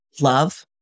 love